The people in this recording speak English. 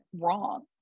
wrong